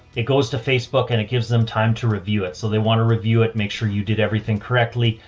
it goes to facebook and it gives them time to review it. so they want to review it, make sure you did everything correctly.